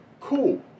cool